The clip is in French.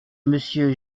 monsieur